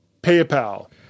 PayPal